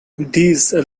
these